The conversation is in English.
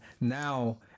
now